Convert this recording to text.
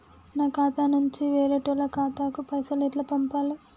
నా ఖాతా నుంచి వేరేటోళ్ల ఖాతాకు పైసలు ఎట్ల పంపాలే?